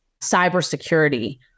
cybersecurity